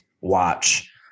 watch